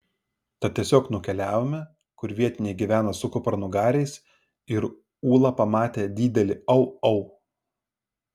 tad tiesiog nukeliavome kur vietiniai gyvena su kupranugariais ir ūla pamatė didelį au au